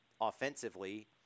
offensively